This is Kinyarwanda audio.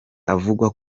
avugwa